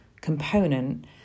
component